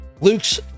luke's